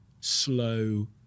slow